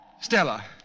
Stella